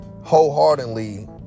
wholeheartedly